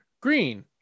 Green